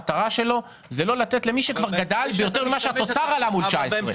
המטרה שלו היא לא לתת למי שכבר גדל ביותר ממה שהתוצר עלה ב-2019.